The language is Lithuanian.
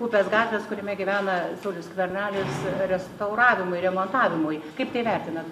upės gatvės kuriame gyvena saulius skvernelis restauravimui remontavimui kaip tai vertinat